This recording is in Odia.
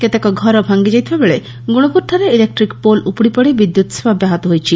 କେତେକ ଘର ଭାଙ୍ଗିଯାଇଥିବା ବେଳେ ଗୁଣୁପୁରଠାରେ ଇଲେକ୍ଟ୍ରିକ୍ ପୋଲ୍ ଉପୁଡ଼ିପଡ଼ି ବିଦ୍ୟୁତ୍ ସେବା ବ୍ୟାହତ ହୋଇଛି